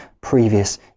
previous